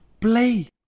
play